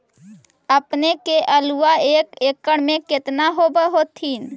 अपने के आलुआ एक एकड़ मे कितना होब होत्थिन?